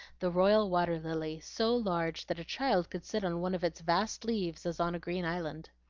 the royal water-lily, so large that a child could sit on one of its vast leaves as on a green island.